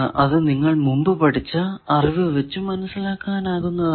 അത് നിങ്ങൾ മുമ്പ് പഠിച്ച അറിവ് വച്ച് മനസ്സിലാക്കാനാകുന്നതാണ്